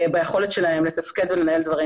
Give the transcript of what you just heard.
ביכולת שלהם לתפקד ולנהל דברים,